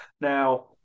Now